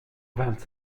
vingt